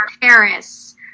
Paris